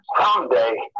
someday